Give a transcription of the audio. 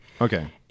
Okay